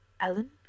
Ellen